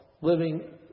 living